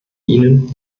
ihnen